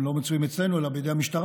הם לא מצויים אצלנו אלא בידי המשטרה,